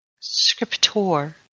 Scriptor